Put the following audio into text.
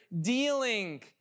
dealing